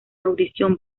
audición